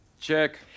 Check